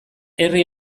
herri